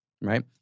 Right